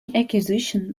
acquisition